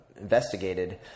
investigated